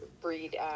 breed